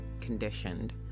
conditioned